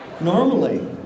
Normally